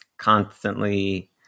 constantly